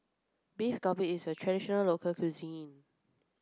Beef Galbi is a traditional local cuisine